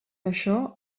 això